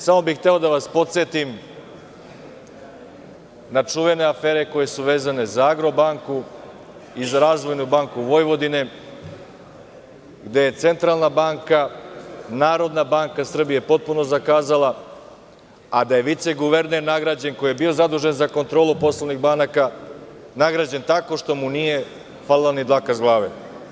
Samo bih hteo da vas podsetim na čuvene afere koje su vezane za „Agrobanku“ i za „Razvojnu banku Vojvodine“, gde je Centralna banka, Narodna banka Srbije potpuno zakazala, a da je vice guverner nagrađen, koji je bio zadužen za kontrolu poslovnih banaka, tako što mu nije falila ni dlaka sa glave.